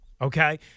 okay